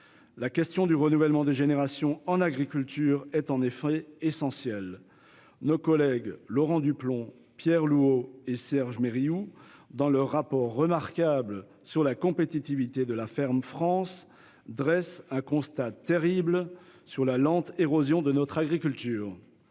La question du renouvellement des générations en agriculture est en effet essentielle. Nos collègues Laurent Duplomb, Pierre Louault et Serge Mérillou, dans leur remarquable rapport d'information sur la compétitivité de la ferme France, dressent un constat terrible sur la lente érosion de notre agriculture.